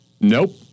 nope